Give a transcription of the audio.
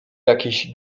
jakiś